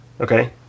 Okay